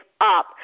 up